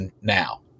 now